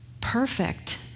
perfect